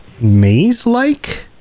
maze-like